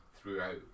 throughout